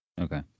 Okay